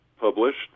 published